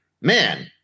Man